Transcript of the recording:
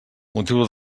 motiu